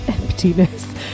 emptiness